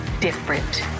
different